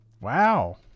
Wow